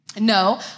No